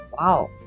Wow